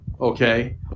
Okay